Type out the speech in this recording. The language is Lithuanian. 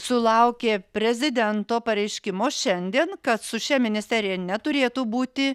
sulaukė prezidento pareiškimo šiandien kad su šia ministerija neturėtų būti